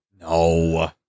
No